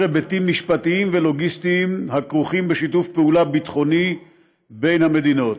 היבטים משפטיים ולוגיסטיים הכרוכים בשיתוף פעולה ביטחוני בין המדינות.